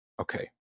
okay